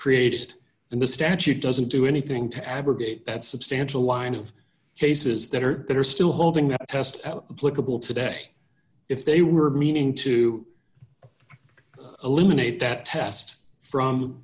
created and the statute doesn't do anything to abrogate that substantial line of cases that are that are still holding that test the political today if they were meaning to eliminate that test from